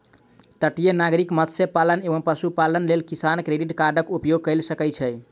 तटीय नागरिक मत्स्य पालन एवं पशुपालनक लेल किसान क्रेडिट कार्डक उपयोग कय सकै छै